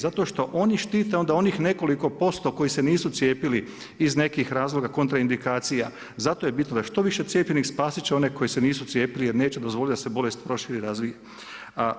Zato što oni štite onda onih nekoliko posto koji se nisu cijepili iz nekih razloga kontraindikacija, zato je bitno da što više cijepljenih spasit će one koji se nisu cijepili jer neće dozvoliti da se bolest proširi i razvije.